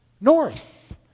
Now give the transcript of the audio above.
North